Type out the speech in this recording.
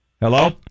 Hello